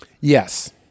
Yes